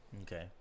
Okay